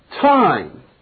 time